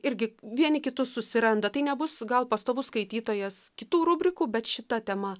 irgi vieni kitus susiranda tai nebus gal pastovus skaitytojas kitų rubrikų bet šita tema